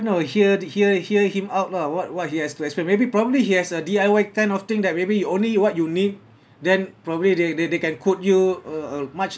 no hear hear hear him out lah what what he has to explain maybe probably he has a D_I_Y kind of thing that maybe only what you need then probably they they they can quote you a a much